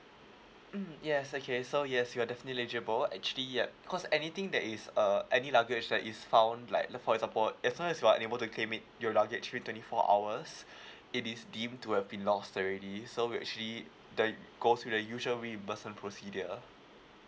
mm yes okay so yes you're definitely eligible actually yup cause anything that is uh any luggage that is found like for example as long as you are unable to claim it your luggage within twenty four hours it this deem to have been lost already so we actually uh that go to the usual reimbursement procedure